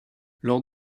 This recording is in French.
lors